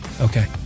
Okay